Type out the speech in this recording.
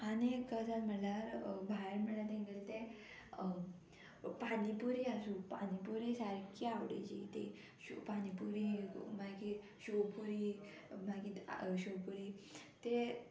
आनी एक गजाल म्हळ्यार भायर म्हळ्यार तेंगेले तें पानीपुरी आसूं पानीपुरी सारकी आवडीची ती शि पानीपुरी मागीर शोवपुरी मागीर शेवपुरी ते